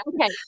okay